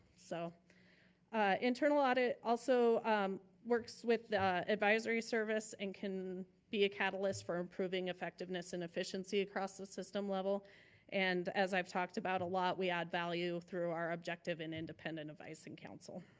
so internal audit also works with advisory service and can be a catalyst for improving effectiveness and efficiency across the system level and as i've talked about a lot, we add value through our objective and independent advising counsel.